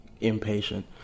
impatient